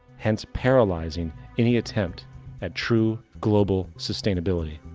hence paralyzing any attempt at true global sustainability.